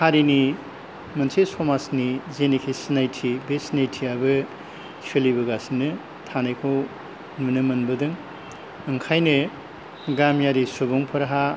हारिनि मोनसे समाजनि जेनेखि सिनायथि बे सिनायथियाबो सोलिबोगासिनो थानायखौ नुनो मोनबोदों ओंखायनो गामियारि सुबुंफोरहा